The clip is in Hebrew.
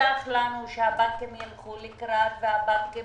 הובטח לנו שהבנקים ילכו לקראת, והבנקים